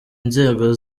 inzego